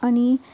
अनि